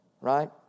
Right